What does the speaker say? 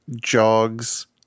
jogs